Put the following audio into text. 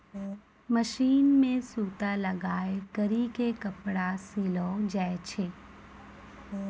machine मे सूता लगाय करी के कपड़ा सिलो जाय छै